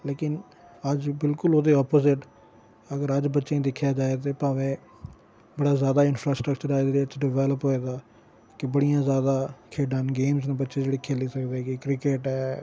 लेकिन अज्ज बिलकुल ओह्दे ओपोजिट अगर अज्ज बच्चें गी दिक्खेआ जाए ते भामें बड़ा ज्यादा इंफरास्टर्कचर एह्दे च डिबैलप होए दा के बड़ियां ज्यादा खेढां न गेमस न बच्चे जेह्ड़े खेल्ली सकदे न जियां क्रिकेट ऐ